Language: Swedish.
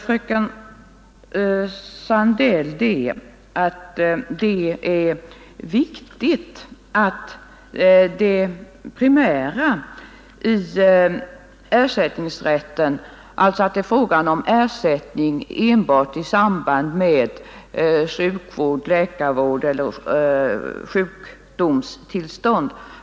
Fröken Sandell säger sedan att det är viktigt att bevara det primära i ersättningsrätten — alltså att det är fråga om ersättning enbart i samband med läkarvård och vid sjukdomstillstånd.